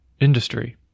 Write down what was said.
industry